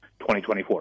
2024